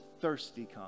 thirsty